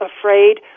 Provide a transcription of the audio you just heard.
afraid